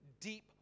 deep